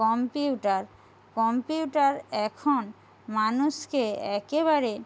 computer computer এখন মানুষকে একেবারে